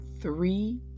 three